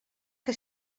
que